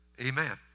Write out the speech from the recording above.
Amen